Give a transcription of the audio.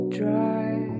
dry